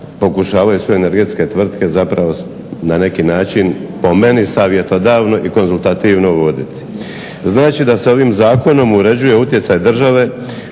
pokušavaju sve energetske tvrtke na neki način po meni savjetodavno i konzultativno voditi. Znači da se ovim zakonom uređuje utjecaj države